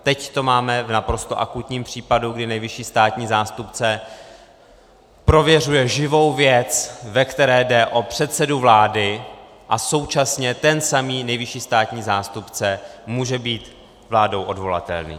Teď to máme v naprosto akutním případu, kdy nejvyšší státní zástupce prověřuje živou věc, ve které jde o předsedu vlády, a současně ten samý nejvyšší státní zástupce může být vládou odvolatelný.